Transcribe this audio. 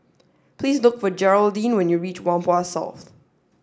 please look for Jeraldine when you reach Whampoa South